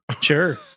Sure